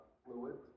fluid